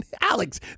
Alex